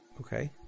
Okay